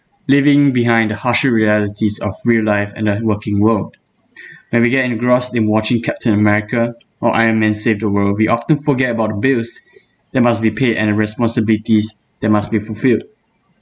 leaving behind the harsh realities of real-life and that working world and we get engrossed in watching captain america or iron man saved the world we often forget about bills that must be paid and responsibilities that must be fulfilled